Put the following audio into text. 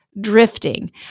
drifting